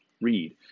read